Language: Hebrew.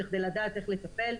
כדי לדעת איך לטפל,